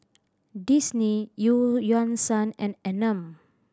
Disney Eu Yan Sang and Anmum